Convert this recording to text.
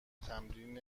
تمرین